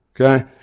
okay